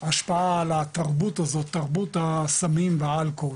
בתחום ההשפעה על תרבות הסמים והאלכוהול.